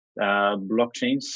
blockchains